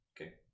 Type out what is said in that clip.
Okay